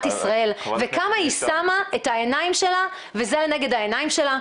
ישראל וכמה היא שמה את העיניים שלה וזה לנגד העיניים שלה.